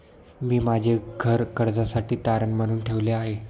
मी माझे घर कर्जासाठी तारण म्हणून ठेवले आहे